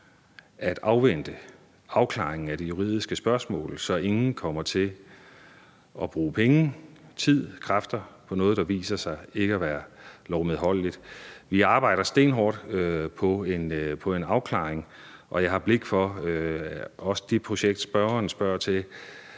at afvente afklaringen af det juridiske spørgsmål, så ingen kommer til at bruge penge, tid og kræfter på noget, der viser sig ikke at være lovmedholdeligt. Vi arbejder stenhårdt på en afklaring – og jeg har også blik for det projekt, spørgeren spørger til